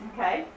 Okay